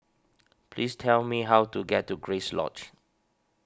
please tell me how to get to Grace Lodge